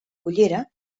cullera